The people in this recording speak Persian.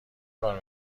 کار